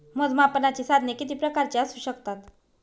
मोजमापनाची साधने किती प्रकारची असू शकतात?